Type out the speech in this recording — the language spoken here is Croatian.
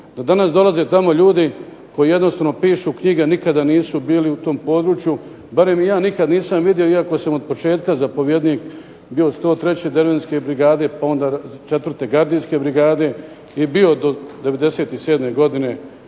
danas dolaze tamo ljudi koji jednostavno pišu knjige, a nikada nisu bili u tom području. Barem ih ja nikad nisam vidio, iako sam otpočetka zapovjednik bio 103. Derventske brigade, pa onda 4. Gardijske brigade i bio do '97. godine